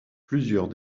plusieurs